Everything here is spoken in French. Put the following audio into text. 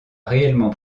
réellement